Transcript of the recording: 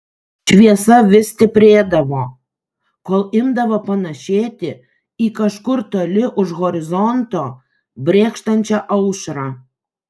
šviesa vis stiprėdavo kol imdavo panašėti į kažkur toli už horizonto brėkštančią aušrą